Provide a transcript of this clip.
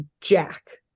jack